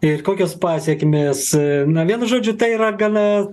ir kokios pasekmės na vienu žodžiu tai yra gana